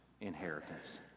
inheritance